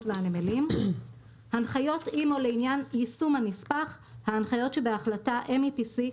והנמלים שבמשרד התחבורה והבטיחות בדרכים בחיפה